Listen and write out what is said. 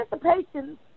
participation